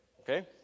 Okay